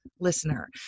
listener